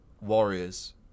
Warriors